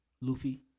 Luffy